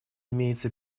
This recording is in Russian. имеется